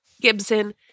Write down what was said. Gibson